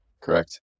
Correct